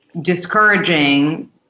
discouraging